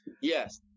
Yes